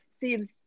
seems